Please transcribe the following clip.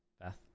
Beth